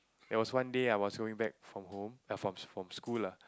there was one day I was going back from home uh from from school lah